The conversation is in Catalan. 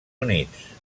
units